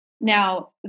Now